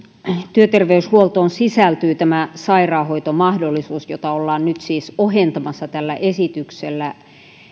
työterveyshuoltoon sisältyy tämä sairaanhoitomahdollisuus jota ollaan nyt siis ohentamassa tällä esityksellä